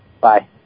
Bye